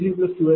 00804317 p